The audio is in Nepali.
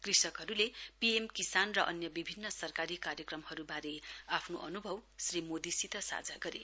कृषकहरूले पीएम किसान र अन्य विभिन्न सरकारी कार्यक्रमहरूबारे आफ्नो अनुभाव श्री मोदीसित साझा गरे